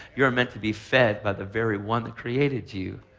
you're meant to be fed by the very one that created you.